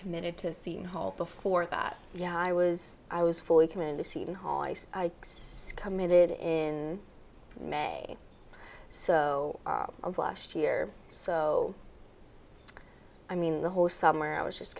committed to the hall before that yeah i was i was fully committed to seton hall i said i committed in may so of last year so i mean the whole summer i was just